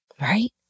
right